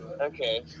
Okay